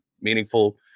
meaningful